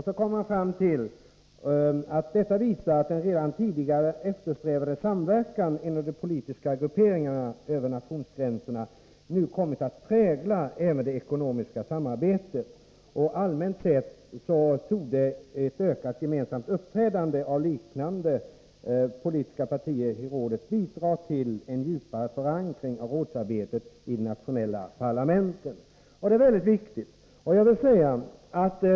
Så kommer man fram till följande slutsats: ”Detta visar att den redan tidigare eftersträvade samverkan inom de politiska grupperingarna över nationsgränserna nu kommit att prägla även det ekonomiska samarbetsområdet. Allmänt sett torde ökat gemensamt uppträdande av liknande politiska partier i rådet bidra till en djupare förankring av rådsarbetet i de nationella parlamenten.” Detta är viktigt.